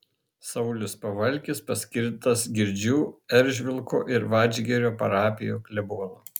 saulius pavalkis paskirtas girdžių eržvilko ir vadžgirio parapijų klebonu